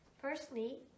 Firstly